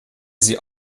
sie